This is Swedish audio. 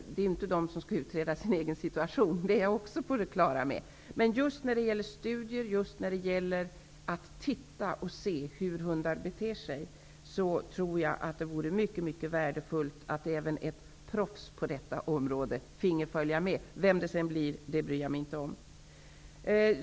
De skall ju inte utreda sin egen situation. Det är jag alltså också på det klara med. Men just när det gäller studier och att se hur hundar beter sig tror jag att det vore synnerligen värdefullt om även ett proffs på området finge följa med -- vem det blir bryr jag mig inte om.